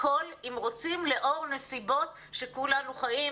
הכל אם רוצים לאור נסיבות שכולנו חיים,